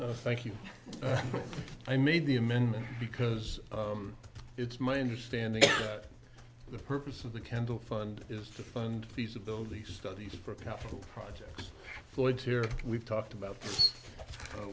no thank you i made the amendment because it's my understanding that the purpose of the candle fund is to fund feasibility studies for capital projects floyd here we've talked about